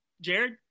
Jared